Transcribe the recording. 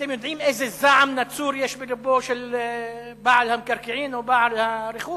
אתם יודעים איזה זעם נצור בלבו של בעל המקרקעין או בעל הרכוש?